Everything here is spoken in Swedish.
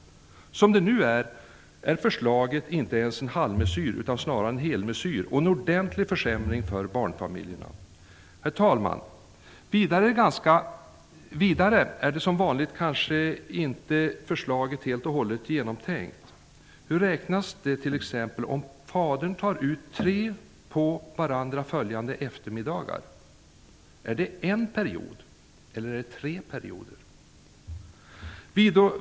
Som det nu är så är förslaget inte ens en halvmesyr, utan snarare en helmesyr: en ordentlig försämring för barnfamiljerna. Vidare är förslaget, som vanligt, inte helt genomtänkt. Hur räknas det t.ex. om fadern tar ut tre på varandra följande eftermiddagar? Är det en period, eller är det tre perioder?